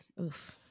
Oof